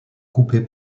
coupée